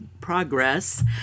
progress